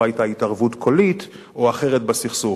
לא היתה התערבות קולית או אחרת בסכסוך.